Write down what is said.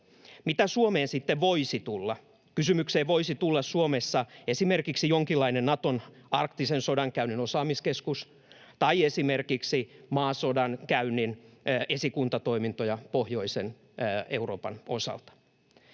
Mitä Suomeen sitten voisi tulla? Kysymykseen voisi tulla Suomessa esimerkiksi jonkinlainen Naton arktisen sodankäynnin osaamiskeskus tai esimerkiksi maasodankäynnin esikuntatoimintoja Pohjois-Euroopan osalta.